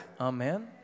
Amen